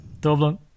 Dublin